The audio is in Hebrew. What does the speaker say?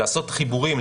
לעשות חיבורים,